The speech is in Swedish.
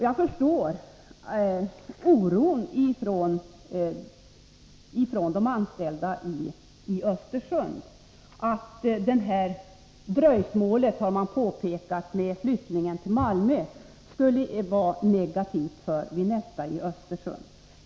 Jag förstår oron från de anställda i Östersund över att dröjsmålet med flyttningen till Malmö skulle vara negativt för Vinetta i Östersund.